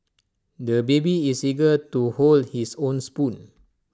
the baby is eager to hold his own spoon